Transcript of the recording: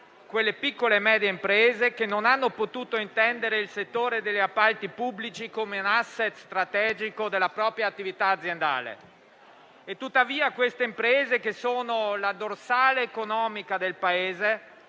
quelle piccole e medie imprese che non hanno potuto intendere il settore degli appalti pubblici come un *asset* strategico della propria attività aziendale. Tuttavia, queste imprese, che sono la dorsale economica del Paese,